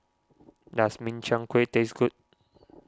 does Min Chiang Kueh taste good